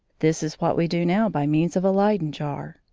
this is what we do now by means of a leyden jar.